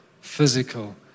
physical